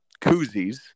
koozies